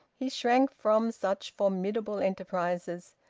he shrank from such formidable enterprises.